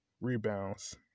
rebounds